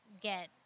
get